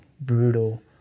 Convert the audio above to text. brutal